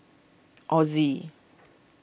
Ozi